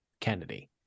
Kennedy